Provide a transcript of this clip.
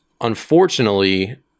unfortunately